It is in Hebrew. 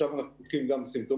עכשיו אנחנו בודקים גם סימפטומטיים.